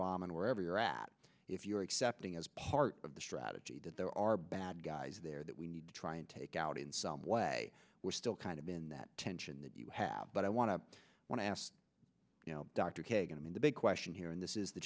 bombing wherever you're at if you're accepting as part of the strategy that there are bad guys there that we need to try and take out in some way we're still kind of in that tension that you have but i want to when i ask dr kagan i mean the big question here and this is the